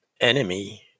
enemy